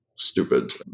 stupid